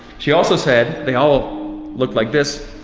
she also said, they all look like this.